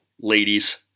ladies